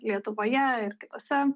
lietuvoje ir kitose